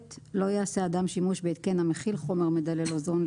לא יעשה אדם שימוש בהתקן המכיל חומר מדלל אוזון,